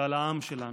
ועל העם שלנו.